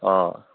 অঁ